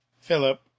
Philip